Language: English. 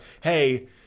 hey